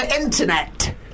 internet